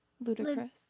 ludicrous